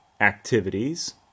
activities